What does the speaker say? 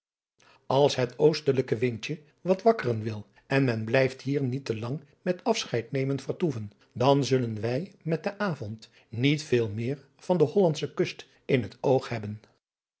als het oostelijke windje wat wakkeren wil en men blijft hier niet te lang met afscheidnemen vertoeven dan zullen wij met den avond niet veel meer van de hollandsche kust in het oog hebben